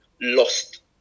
lost